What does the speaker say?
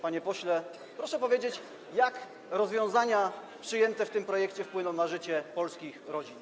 Panie pośle, proszę powiedzieć: Jak rozwiązania przyjęte w tym projekcie wpłyną na życie polskich rodzin?